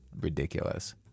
ridiculous